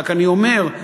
אני רק אומר: